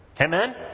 Amen